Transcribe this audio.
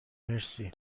مرسی